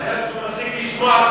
הבעיה שהוא מפסיק לשמוע,